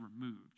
removed